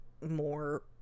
more